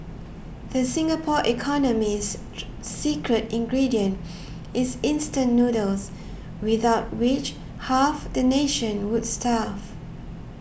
the Singapore economy's secret ingredient is instant noodles without which half the nation would starve